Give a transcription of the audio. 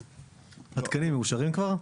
חלק.